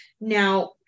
now